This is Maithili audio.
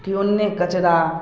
की ओन्ने कचरा